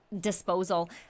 disposal